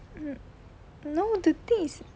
um no the thing is